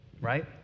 right